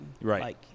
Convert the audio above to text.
Right